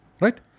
right